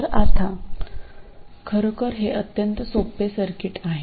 तर आता खरोखर हे अत्यंत सोपे सर्किट आहे